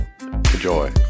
Enjoy